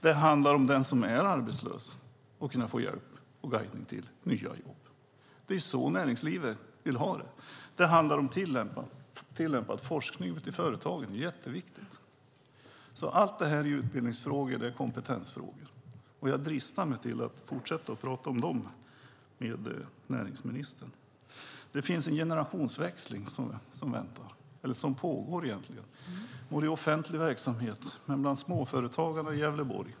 Det handlar om den som är arbetslös - att kunna få hjälp på vägen till nya jobb. Det är så näringslivet vill ha det. Det handlar om tillämpad forskning ute i företagen - det är jätteviktigt. Allt detta är utbildningsfrågor och kompetensfrågor, och jag dristar mig till att fortsätta att prata om dem med näringsministern. Det finns en generationsväxling som väntar. Den pågår egentligen. Den pågår både i offentlig verksamhet och bland småföretagarna i Gävleborg.